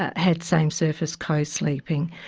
ah had same surface co-sleeping.